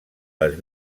les